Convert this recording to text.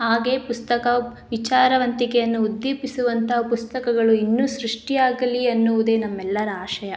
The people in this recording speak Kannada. ಹಾಗೆ ಪುಸ್ತಕ ವಿಚಾರವಂತಿಕೆಯನ್ನು ಉದ್ದೀಪಿಸುವಂತಹ ಪುಸ್ತಕಗಳು ಇನ್ನೂ ಸೃಷ್ಟಿಯಾಗಲಿ ಎನ್ನುವುದೇ ನಮ್ಮೆಲ್ಲರ ಆಶಯ